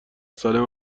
سالم